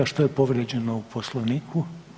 Što je povrijeđeno u Poslovniku?